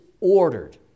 ordered